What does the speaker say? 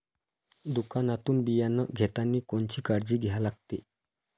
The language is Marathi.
दुकानातून बियानं घेतानी कोनची काळजी घ्या लागते?